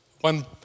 one